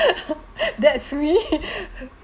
that's me